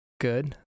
Good